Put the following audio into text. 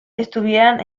estuvieran